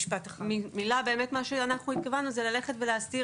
מה שאנחנו התכוונו אליו זה ללכת ולהסדיר